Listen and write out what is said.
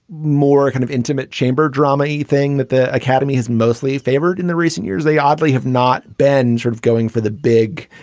more kind of intimate chamber drama yeah thing that the academy has mostly favored in the recent years. they oddly have not been sort of going for the big,